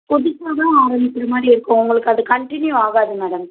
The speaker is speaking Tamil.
புதுசாக தான் ஆரம்பிக்கிற மாதிரி இருக்கும் உங்களுக்கு அது கட்டினியூ ஆகாது மேடம்